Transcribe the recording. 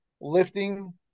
lifting